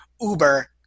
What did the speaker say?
Uber